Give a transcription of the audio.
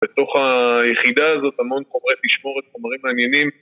בתוך היחידה הזאת המון חומרי תשמורת, חומרים מעניינים